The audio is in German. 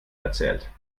erzählt